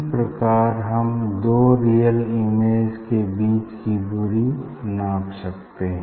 इस प्रकार हम दो रियल इमेज के बीच की दूरी नाप सकते हैं